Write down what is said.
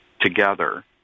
together